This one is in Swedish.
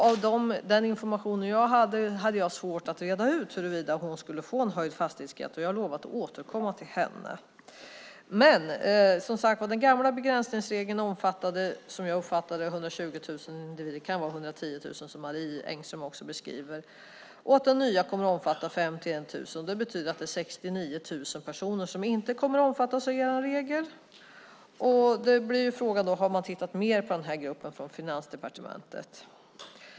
Av den information jag hade hade jag svårt att reda ut huruvida hon skulle få en höjd fastighetsskatt. Jag har lovat att återkomma till henne. Som sagt var, den gamla begränsningsregeln omfattade, som jag uppfattade det, 120 000 individer - det kan vara 110 000 som Marie Engström sade. Den nya kommer att omfatta 51 000. Det betyder att 69 000 personer inte kommer att omfattas av er regel. Då blir frågan om man har tittat mer på den här gruppen från Finansdepartementet.